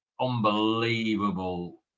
unbelievable